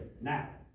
Now